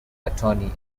attorney